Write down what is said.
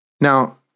Now